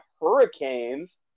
hurricanes